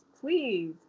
please